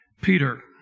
Peter